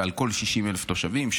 על כל 60,000 תושבים,